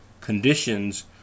conditions